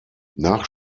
nach